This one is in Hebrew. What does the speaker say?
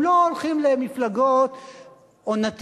הם לא הולכים למפלגות עונתיות,